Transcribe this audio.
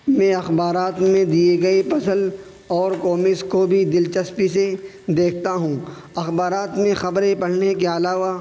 میں اخبارات میں دیئے گئے پزل اور کومکس کو بھی دلچسپی سے دیکھتا ہوں اخبارات میں خبریں پڑھنے کے علاوہ